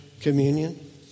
communion